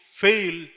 fail